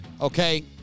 Okay